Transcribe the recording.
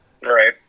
Right